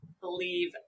believe